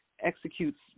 executes